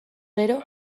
gero